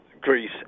Greece